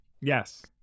yes